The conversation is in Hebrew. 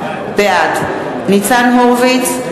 בעד ניצן הורוביץ,